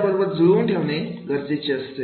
बरोबर जुळवून ठेवणे गरजेचे असते